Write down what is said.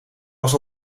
was